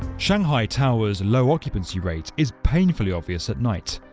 shanghai tower's low occupancy rate is painfully obvious at night,